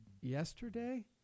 yesterday